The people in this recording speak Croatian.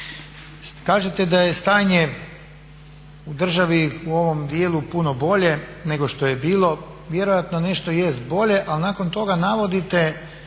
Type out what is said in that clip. Kažete da je stanje u državi u ovom dijelu puno bolje nego što je bilo. Vjerojatno nešto jest bolje, ali nakon toga navodite